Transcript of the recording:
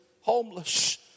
homeless